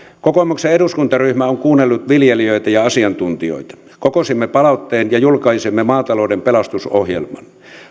kokoomuksen eduskuntaryhmä on kuunnellut viljelijöitä ja asiantuntijoita kokosimme palautteen ja julkaisimme maatalouden pelastusohjelman